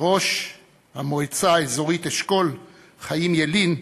ראש המועצה האזורית חיים ילין,